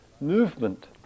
movement